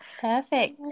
perfect